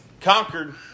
conquered